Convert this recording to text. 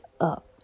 up